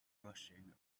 rushing